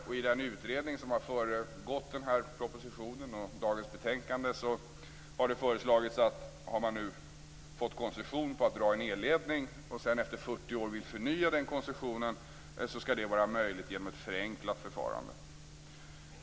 I den utredning som har föregått propositionen och dagens betänkande har det föreslagits följande: Om någon har fått koncession på att dra en elledning och efter 40 år vill förnya den, skall detta vara möjligt genom ett förenklat förfarande.